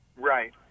Right